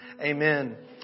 Amen